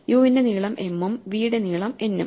U ന്റെ നീളം m ഉം v യുടെ നീളം n ഉം